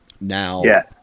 now